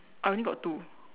I only got two